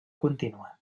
contínua